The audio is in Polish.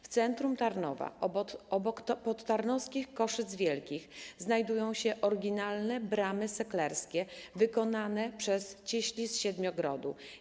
W centrum Tarnowa i obok podtarnowskich Koszyc Wielkich znajdują się oryginalne bramy seklerskie wykonane przez cieśli z Siedmiogrodu.